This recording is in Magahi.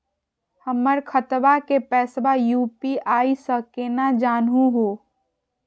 हमर खतवा के पैसवा यू.पी.आई स केना जानहु हो?